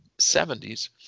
70s